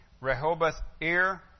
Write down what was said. Rehoboth-ir